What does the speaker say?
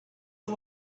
you